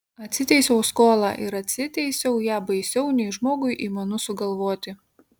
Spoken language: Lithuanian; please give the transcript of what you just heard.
atsiteisiau skolą ir atsiteisiau ją baisiau nei žmogui įmanu sugalvoti